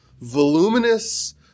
Voluminous